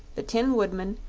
the tin woodman,